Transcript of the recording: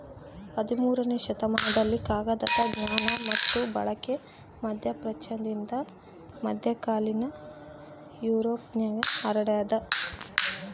ಹದಿಮೂರನೇ ಶತಮಾನದಲ್ಲಿ ಕಾಗದದ ಜ್ಞಾನ ಮತ್ತು ಬಳಕೆ ಮಧ್ಯಪ್ರಾಚ್ಯದಿಂದ ಮಧ್ಯಕಾಲೀನ ಯುರೋಪ್ಗೆ ಹರಡ್ಯಾದ